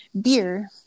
beer